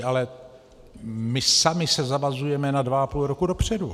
Ale my sami se zavazujeme na dva a půl roku dopředu.